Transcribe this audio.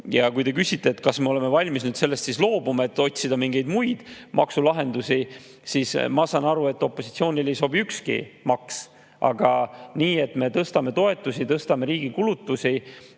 te küsite, kas me oleme valmis nüüd sellest loobuma, et otsida mingeid muid maksulahendusi, siis ma saan aru, et opositsioonile ei sobi ükski maks. Aga nii, et me tõstame toetusi, tõstame riigi kulutusi,